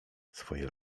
swoje